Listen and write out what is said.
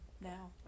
now